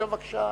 בבקשה.